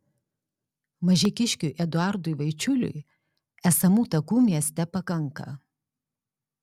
mažeikiškiui eduardui vaičiuliui esamų takų mieste pakanka